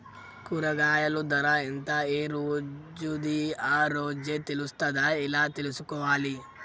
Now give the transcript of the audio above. కూరగాయలు ధర ఎంత ఏ రోజుది ఆ రోజే తెలుస్తదా ఎలా తెలుసుకోవాలి?